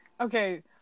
Okay